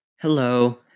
Hello